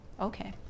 Okay